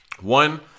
One